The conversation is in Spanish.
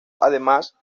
además